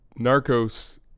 Narcos